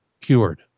cured